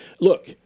look